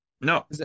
No